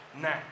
now